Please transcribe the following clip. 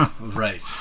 Right